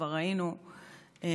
כבר ראינו הכפלה,